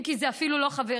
אם כי זה אפילו לא חברי,